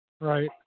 Right